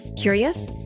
Curious